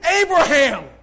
Abraham